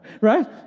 right